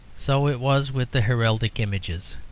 so it was with the heraldic images.